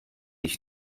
ich